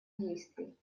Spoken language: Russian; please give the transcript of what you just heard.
действий